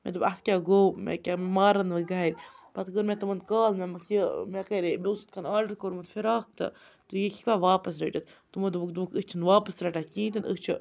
مےٚ دوٚپ اَتھ کیٛاہ گوٚو مےٚ کیٛاہ مَارَن وۄنۍ گَرِ پَتہٕ کٔر مےٚ تِمَن کال مےٚ ووٚنمَکھ یہِ مےٚ کرے مےٚ اوس یِتھ کٔنۍ آرڈَر کوٚرمُت فِراک تہٕ تُہۍ ہیٚکوا واپَس رٔٹِتھ تِمو دوٚپُکھ دوٚپُکھ أسۍ چھِنہٕ واپَس رَٹان کِہیٖنۍ تہِ نہٕ أسۍ چھِ